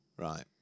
Right